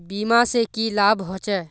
बीमा से की लाभ होचे?